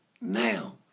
Now